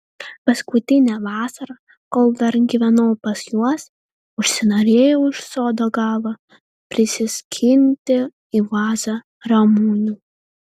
paskutinę vasarą kol dar gyvenau pas juos užsinorėjau iš sodo galo prisiskinti į vazą ramunių